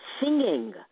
singing